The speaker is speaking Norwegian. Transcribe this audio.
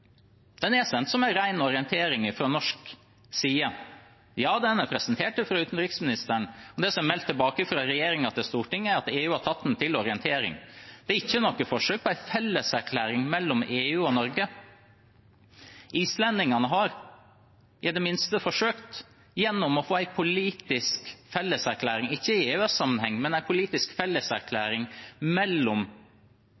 Ja, den er presentert av utenriksministeren, og det som er meldt tilbake fra regjeringen til Stortinget, er at EU har tatt den til orientering. Det er ikke noe forsøk på en felleserklæring mellom EU og Norge. Islendingene har i det minste forsøkt gjennom å få en politisk felleserklæring – ikke i